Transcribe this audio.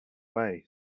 way